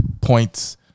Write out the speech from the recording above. points